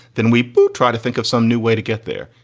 then we try to think of some new way to get there.